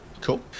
cool